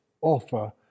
offer